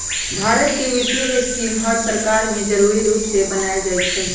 भारत के वित्तीय स्कीम हर सरकार में जरूरी रूप से बनाएल जाई छई